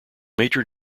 major